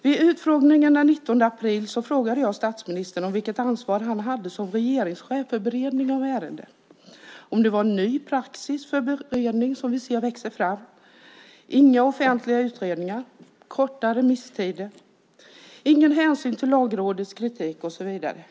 Vid utfrågningarna den 19 april frågade jag statsministern vilket ansvar han hade som regeringschef för beredningen av ärenden, om det var ny praxis för regeringen som vi nu ser växa fram, inga offentliga utredningar, korta remisstider, ingen hänsyn till Lagrådets kritik och så vidare.